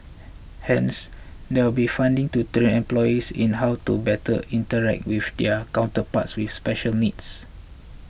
hence there'll be funding to train employees in how to better interact with their counterparts with special needs